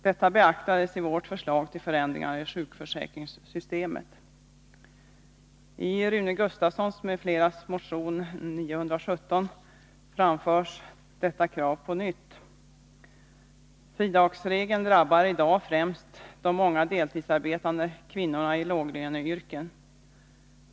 Detta beaktades i vårt förslag till förändringar i sjukförsäkringssystemet. I Rune Gustavssons m.fl. motion 917 framförs detta krav på nytt. Fridagsregeln drabbar i dag främst de många deltidsarbetande kvinnorna i låglöneyrken.